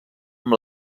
amb